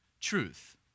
truth